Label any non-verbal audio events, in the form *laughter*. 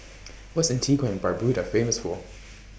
*noise* What's Antigua and Barbuda Famous For